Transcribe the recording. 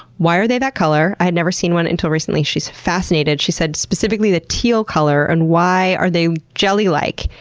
why are they that color? color? i had never seen one until recently. she's fascinated. she said, specifically, the teal color, and why are they jelly-like?